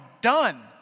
done